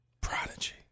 Prodigy